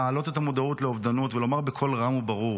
להעלות את המודעות לאובדנות ולומר בקול רם וברור: